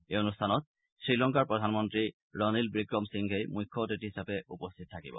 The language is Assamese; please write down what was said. এই অনুষ্ঠানত শ্ৰীলংকাৰ প্ৰধানমন্তী ৰাণীল বিক্ৰম সিংঘেই মুখ্য অতিথি হিচাপে উপস্থিত থাকিব